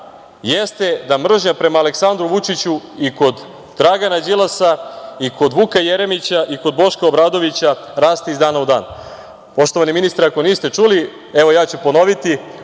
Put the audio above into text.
jeste da mržnja prema Aleksandru Vučiću i kod Dragana Đilasa i kod Vuka Jeremića i kod Boška Obradovića raste iz dana u dan. Poštovani ministre, ako niste čuli, evo ja ću ponoviti,